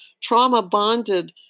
trauma-bonded